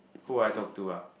who I talk to ah